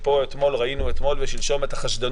ואתמול ראינו פה את החשדנות,